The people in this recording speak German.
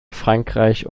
frankreich